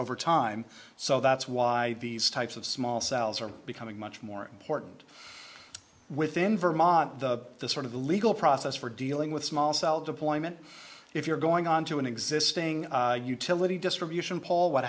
over time so that's why these types of small cells are becoming much more important within vermont the sort of the legal process for dealing with small cell deployment if you're going onto an existing utility